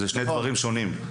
אלה שני דברים שונים.